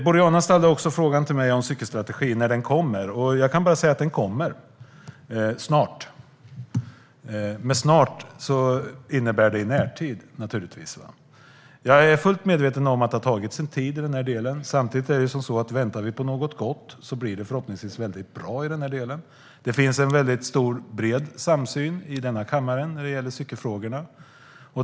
Boriana ställde också en fråga till mig om cykelstrategin och undrade när den kommer. Jag kan bara säga att den kommer snart. "Snart" innebär i närtid. Jag är fullt medveten om att det har tagit tid, men väntar vi på något gott blir det förhoppningsvis väldigt bra. Det finns en bred samsyn här i kammaren vad gäller cykelfrågorna.